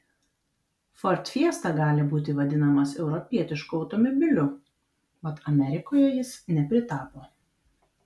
ford fiesta gali būti vadinamas europietišku automobiliu mat amerikoje jis nepritapo